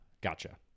Gotcha